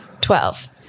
Twelve